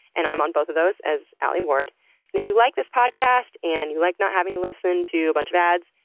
and i'm on both of those at alieward. and if you like this podcast and you like not having to listen to a bunch of ads,